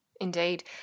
Indeed